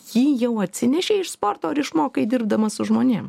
jį jau atsinešei iš sporto ar išmokai dirbdamas su žmonėm